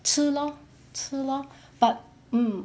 吃 lor 吃 lor but mm